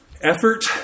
effort